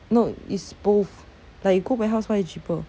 no it's both like you go warehouse buy is cheaper